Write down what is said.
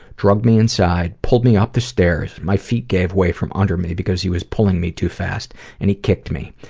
dragged me inside, pulled me up the stairs, my feet gave way from under me because he was pulling me too fast and he kicked me.